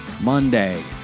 Monday